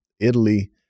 Italy